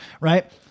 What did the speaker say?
Right